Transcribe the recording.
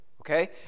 Okay